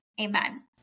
amen